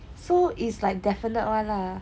so is like definite [one] lah